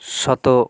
শত